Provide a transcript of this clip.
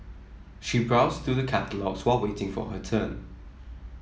she browsed through the catalogues while waiting for her turn